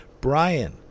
Brian